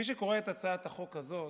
מי שקורא את הצעת החוק הזאת,